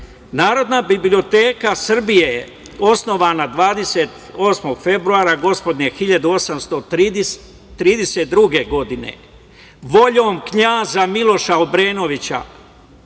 radi. Narodna biblioteka Srbije je osnovana 28. februara gospodnje 1832. godine voljom Knjaza Miloša Obrenovića